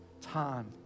time